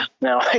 now